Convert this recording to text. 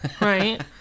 Right